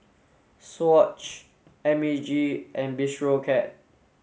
swatch M A G and Bistro Cat